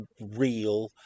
real